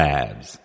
Labs